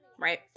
right